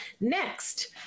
Next